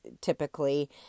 typically